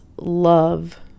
love